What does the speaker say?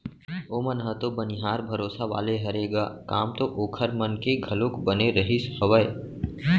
ओमन ह तो बनिहार भरोसा वाले हरे ग काम तो ओखर मन के घलोक बने रहिस हावय